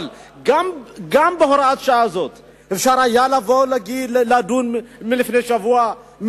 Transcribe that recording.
אבל גם בהוראת השעה הזאת אפשר היה לדון לפני שבוע או